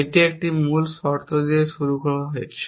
এটি একটি মূল শর্ত দিয়ে শুরু করা হয়েছে